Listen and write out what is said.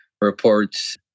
reports